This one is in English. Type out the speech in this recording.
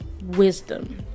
wisdom